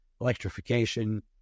electrification